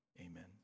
amen